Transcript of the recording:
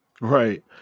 Right